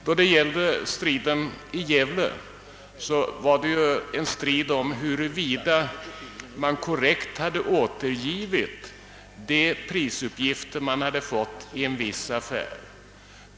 Då det gäller striden i Gävle gällde det huruvida man korrekt hade återgivit de prisuppgifter man hade fått i en viss affär.